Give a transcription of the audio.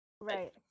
right